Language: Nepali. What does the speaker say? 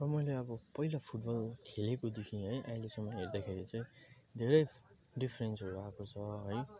र मैले अब पहिला फुटबल खेलेकोदेखि है अहिलेसम्म हेर्दाखेरि चाहिँ धेरै डिफ्रेन्सहरू आएको छ है